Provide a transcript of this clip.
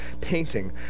painting